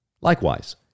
Likewise